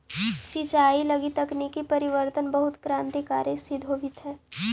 सिंचाई लगी तकनीकी परिवर्तन बहुत क्रान्तिकारी सिद्ध होवित हइ